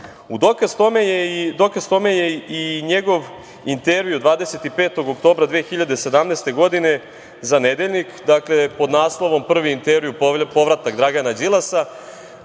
Dokaz tome je i njegov intervju 25. oktobra 2017. godine, za Nedeljnik, pod naslovom „prvi intervju, povratak Dragana Đilasa“,